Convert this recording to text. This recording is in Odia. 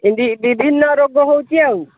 ଏମିତି ବିଭିନ୍ନ ରୋଗ ହେଉଛି ଆଉ